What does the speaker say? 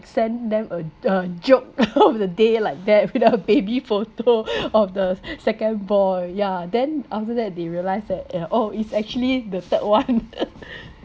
send them a a joke the day like that with a baby photo of the second boy ya then after that they realised that eh oh it's actually the third one